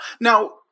Now